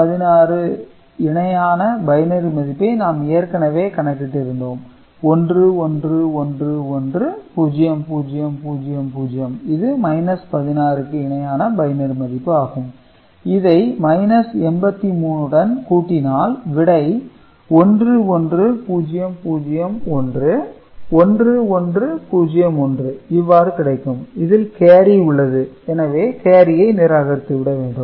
16 இணையான பைனரி மதிப்பை நாம் ஏற்கனவே கணக்கிட்டு இருந்தோம் 1111 0000 இது 16 க்கு இணையான பைனரி மதிப்பு ஆகும் இதை 83 உடன் கூட்டினால் விடை 11001 1101 இவ்வாறு கிடைக்கும் இதில் கேரி உள்ளது எனவே கேரியை நிராகரித்து விட வேண்டும்